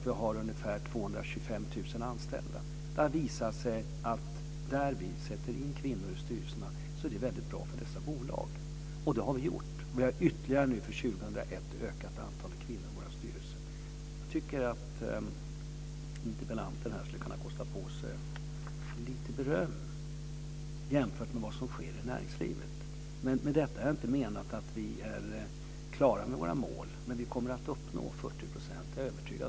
Vi har ungefär 225 000 anställda. Det har visat sig vara väldigt bra för de bolag där vi har satt in kvinnor i styrelserna. För år 2001 har vi ytterligare ökat antalet kvinnor i våra styrelser. Jag tycker att interpellanten skulle kunna kosta på sig lite beröm när man jämför med vad som sker i näringslivet. Med detta menar jag inte att vi har uppnått våra mål, men vi kommer att nå upp till 40 % år 2003.